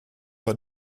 pas